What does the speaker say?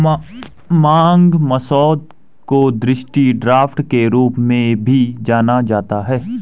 मांग मसौदा को दृष्टि ड्राफ्ट के रूप में भी जाना जाता है